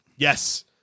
Yes